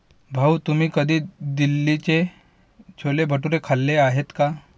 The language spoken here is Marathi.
भाऊ, तुम्ही कधी दिल्लीचे छोले भटुरे खाल्ले आहेत का?